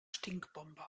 stinkbombe